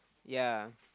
ya